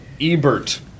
Ebert